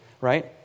right